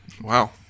Wow